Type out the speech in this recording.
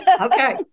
Okay